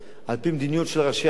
על-פי מדיניות של ראשי ערים,